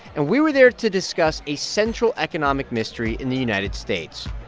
and we were there to discuss a central economic mystery in the united states.